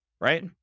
right